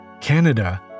Canada